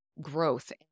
growth